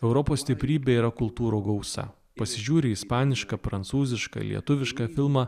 europos stiprybė yra kultūrų gausa pasižiūri į ispanišką prancūzišką į lietuvišką filmą